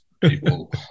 people